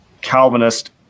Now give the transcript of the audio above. calvinist